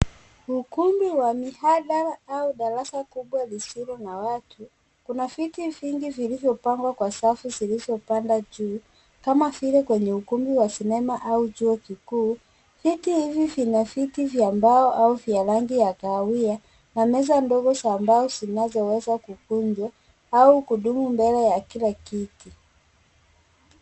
Ukumbi wa mihadhara au darasa kubwa lisilo na watu. Kuna viti vingi vilivyopangwa kwa safu zilizopanda juu kama vile kwenye ukumbi wa sinema au chuo kikuu. Viti hivi vina viti vya mbao au vya rangi ya kahawia na meza ndogo za mbao zinazoweza kukunjwa au kudumu mbele ya kila kiti.